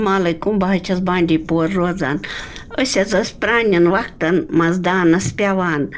وعلیکُم بہٕ حظ چھَس بانٛڈی پور روزان أسۍ حظ ٲسۍ پرٛانٮ۪ن وقتَن منٛز دانَس پٮ۪وان